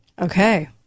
Okay